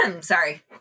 Sorry